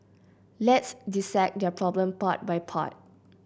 let's dissect this problem part by part